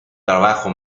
trabajo